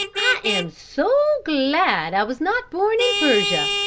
i am so glad i was not born in persia,